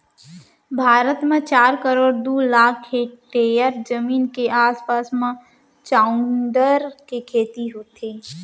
भारत म चार करोड़ दू लाख हेक्टेयर जमीन के आसपास म चाँउर के खेती होथे